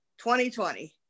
2020